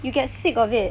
you get sick of it